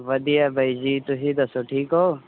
ਵਧੀਆ ਬਾਈ ਜੀ ਤੁਸੀਂ ਦੱਸੋ ਠੀਕ ਹੋ